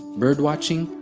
bird watching,